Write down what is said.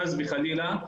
חס וחלילה,